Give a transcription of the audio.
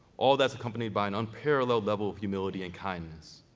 all of that's accompanied by an unparalleled level of humility and kindness,